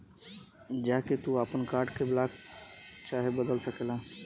जा के तू आपन कार्ड के ब्लाक चाहे बदल सकेला